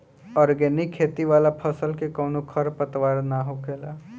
organic खेती वाला फसल में कवनो खर पतवार ना होखेला